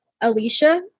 alicia